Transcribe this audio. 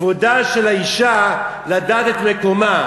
כבודה של האישה לדעת את מקומה,